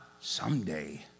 someday